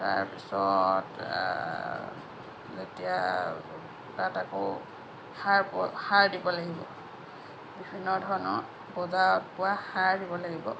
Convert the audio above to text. তাৰ পিছত যেতিয়া তাত আকৌ সাৰ প সাৰ দিব লাগিব বিভিন্ন ধৰণৰ বজাৰত পোৱা সাৰ দিব লাগিব